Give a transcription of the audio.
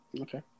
Okay